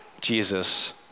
Jesus